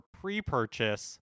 pre-purchase